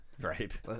right